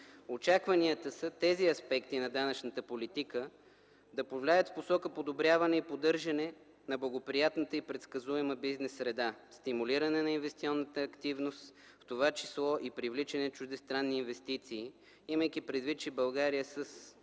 Очакванията са тези аспекти на данъчната политика да повлияят в посока подобряване и поддържане на благоприятната и предсказуема бизнес среда, стимулиране на инвестиционната активност, в това число и привличане на чуждестранни инвестиции, имайки предвид, че България е